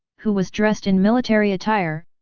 who was dressed in military attire,